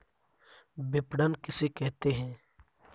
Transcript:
विपणन किसे कहते हैं?